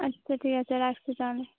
আচ্ছা ঠিক আছে রাখছি তাহলে